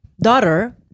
daughter